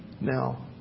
Now